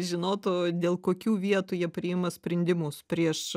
žinotų dėl kokių vietų jie priima sprendimus prieš